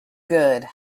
good